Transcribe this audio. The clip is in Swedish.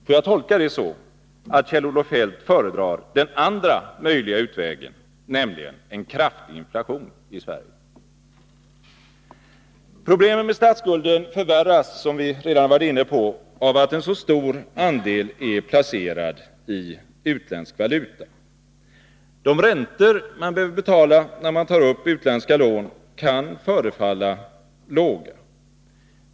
Får jag tolka det så att Kjell-Olof Feldt föredrar den andra möjliga utvägen, nämligen en kraftig inflation i Sverige? Problemen med statsskulden förvärras, som vi redan varit inne på, av att en stor andel placeras i utländsk valuta. De räntor man behöver betala när man tar upp utländska lån kan förefalla låga.